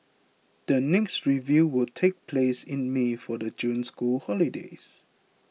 the next review will take place in May for the June school holidays